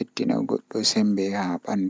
kesi kanjum buri welugo am.